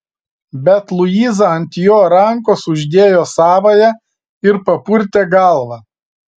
bet luiza ant jo rankos uždėjo savąją ir papurtė galvą